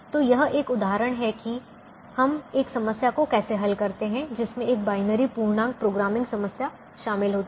तो यह एक उदाहरण है कि हम एक समस्या को कैसे हल करते हैं जिसमें एक बाइनरी पूर्णांक प्रोग्रामिंग समस्या शामिल होती है